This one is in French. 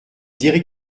dirait